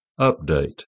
update